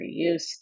reuse